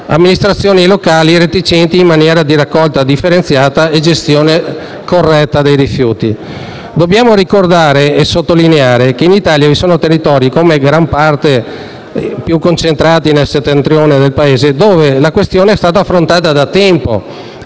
amministrazioni locali reticenti in materia di raccolta differenziata e gestione corretta dei rifiuti. Dobbiamo ricordare e sottolineare che in Italia vi sono territori, in gran parte concentrati nella parte settentrionale del Paese, dove la questione è stata affrontata da tempo